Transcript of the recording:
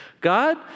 God